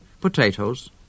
potatoes